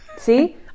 See